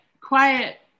quiet